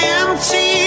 empty